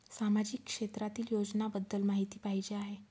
सामाजिक क्षेत्रातील योजनाबद्दल माहिती पाहिजे आहे?